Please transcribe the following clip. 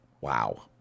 Wow